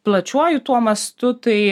plačiuoju tuo mastu tai